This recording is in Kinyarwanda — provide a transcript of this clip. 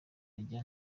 ajya